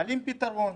מעלים פתרון,